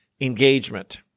engagement